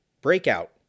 breakout